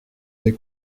des